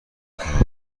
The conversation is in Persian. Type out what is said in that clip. خراب